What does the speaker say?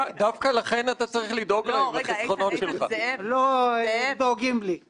אתם מטילים ספק בתפקוד הפיקוח על הבנקים,